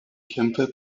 kämpfe